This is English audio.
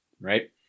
right